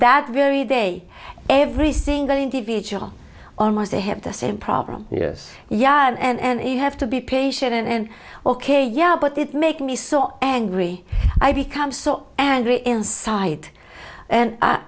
that very day every single individual on mars they have the same problem yes yeah and you have to be patient and ok yeah but it make me so angry i become so angry inside and